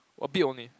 a bit only